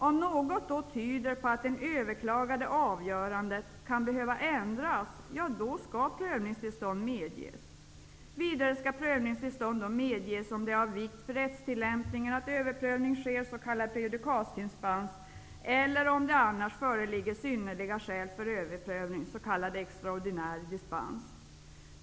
Om något tyder på att det överklagade avgörandet kan behöva ändras, skall prövningstillstånd medges. Vidare skall prövningstillstånd medges om det är av vikt för rättstillämpningen att överprövning sker, s.k. prejudikatsdispens, eller om det annars föreligger synnerliga skäl för överprövning, s.k. extraordinär dispens.